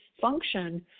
function